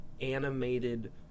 animated